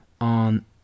on